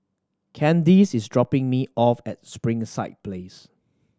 Candyce is dropping me off at Springside Place